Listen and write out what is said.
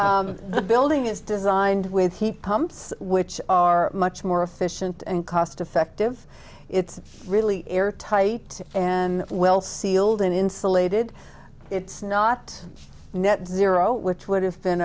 the building is designed with heat pumps which are much more efficient and cost effective it's really airtight and well sealed and insulated it's not net zero which would have